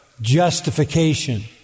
justification